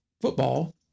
football